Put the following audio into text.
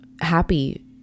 happy